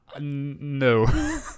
No